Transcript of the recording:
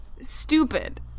stupid